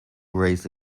raise